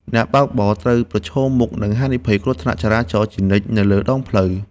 អ្នកបើកបរត្រូវប្រឈមមុខនឹងហានិភ័យគ្រោះថ្នាក់ចរាចរណ៍ជានិច្ចនៅលើដងផ្លូវ។